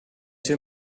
too